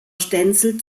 stenzel